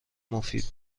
مفید